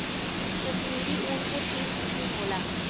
कश्मीरी ऊन के तीन किसम होला